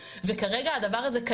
אנחנו חושבים שהדבר הזה הוא חשוב ונכון,